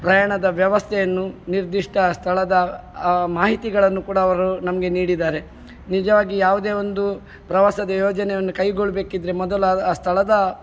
ಪ್ರಯಾಣದ ವ್ಯವಸ್ಥೆಯನ್ನು ನಿರ್ದಿಷ್ಟ ಸ್ಥಳದ ಮಾಹಿತಿಗಳನ್ನು ಕೂಡ ಅವರು ನಮಗೆ ನೀಡಿದ್ದಾರೆ ನಿಜವಾಗಿ ಯಾವುದೇ ಒಂದು ಪ್ರವಾಸದ ಯೋಜನೆಯನ್ನು ಕೈಗೊಳ್ಬೇಕಿದ್ದರೆ ಮೊದಲು ಆ ಸ್ಥಳದ